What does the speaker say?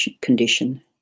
condition